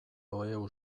horretan